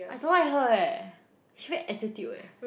I don't like her eh she very attitude eh